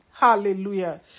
hallelujah